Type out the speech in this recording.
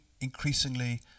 increasingly